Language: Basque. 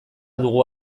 dugu